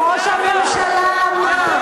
כשראש הממשלה אמר,